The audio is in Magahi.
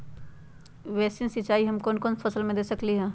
बेसिन सिंचाई हम कौन कौन फसल में दे सकली हां?